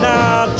Now